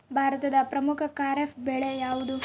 ಭಾರತದ ಪ್ರಮುಖ ಖಾರೇಫ್ ಬೆಳೆ ಯಾವುದು?